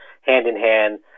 hand-in-hand